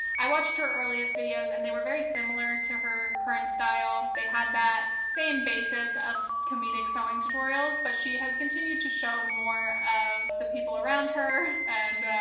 i watched her earlier videos, and they were very similar to her current style. they had that same basis of comedic sewing tutorials, but she has continued to show more of the people around her, and